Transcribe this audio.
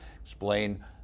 explain